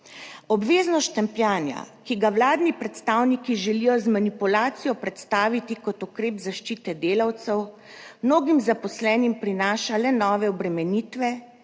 Obveznost štempljanja, ki ga vladni predstavniki želijo z manipulacijo predstaviti kot ukrep zaščite delavcev, mnogim zaposlenim prinaša le nove obremenitve,